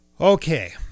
Okay